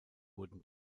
wurden